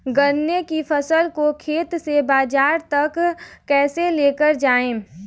गन्ने की फसल को खेत से बाजार तक कैसे लेकर जाएँ?